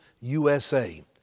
USA